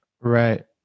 Right